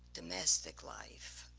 domestic life